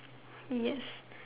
yes